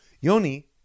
Yoni